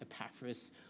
Epaphras